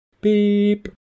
Beep